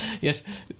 Yes